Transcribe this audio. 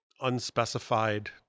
unspecified